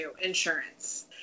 insurance